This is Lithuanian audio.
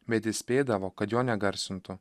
bet įspėdavo kad jo negarsintų